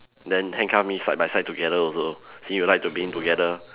then handcuff me side by side together also since you like to being together